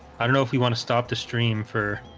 i don't know if we want to stop the stream for